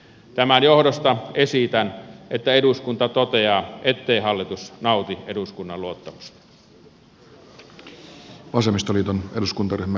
tämän johdosta eduskunta toteaa ettei hallitus nauti eduskunnan luottamusta